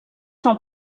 son